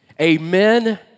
amen